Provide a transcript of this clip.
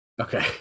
Okay